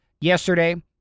yesterday